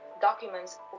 documents